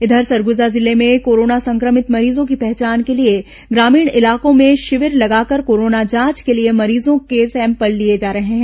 इधर सरगुजा जिले में कोरोना संक्रमित मरीजों की पहचान के लिए ग्रामीण इलाकों में शिविर लगाकर कोरोना जांच के लिए मरीजों के सैंपल लिए जा रहे हैं